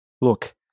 look